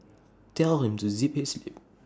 tell him to zip his lip